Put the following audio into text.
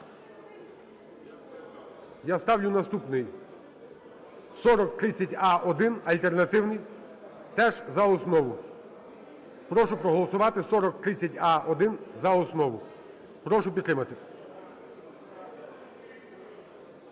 Я ставлю наступний - 4030а-1, альтернативний, теж за основу. Прошу проголосувати 4030а-1 за основу. Прошу підтримати.